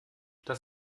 das